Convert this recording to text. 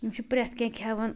یِم چھِ پرٛیٚتھ کیٚنٛہہ کھیٚوان